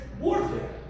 warfare